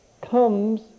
comes